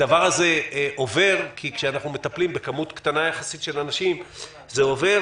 הדבר הזה עובר כי כשאנחנו מטפלים בכמות קטנה יחסית של אנשים זה עובר,